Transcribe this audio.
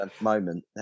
Moment